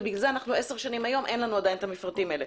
ולכן עשר שנים היום אין לנו עדיין המפרטים האלה.